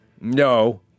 No